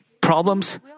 problems